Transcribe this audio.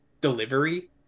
delivery